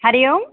हरिः ओम्